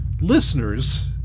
listeners